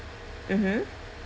mmhmm